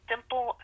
simple